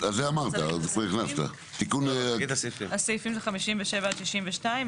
בתוך סעיף 94 המוצע (ללא סעיפים 32-35,